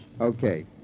Okay